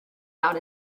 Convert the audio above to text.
out